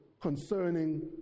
concerning